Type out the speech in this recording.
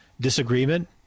disagreement